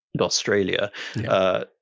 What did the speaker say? Australia